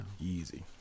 Easy